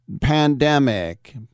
pandemic